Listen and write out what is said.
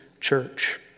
church